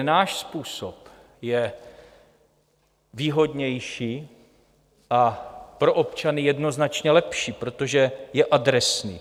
Náš způsob je výhodnější a pro občany jednoznačně lepší, protože je adresný.